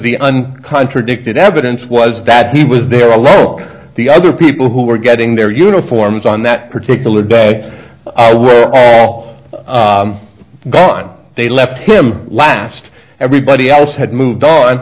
un contradicted evidence was that he was there alone the other people who were getting their uniforms on that particular day were all gone they left him last everybody else had moved